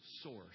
source